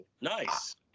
nice